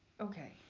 Okay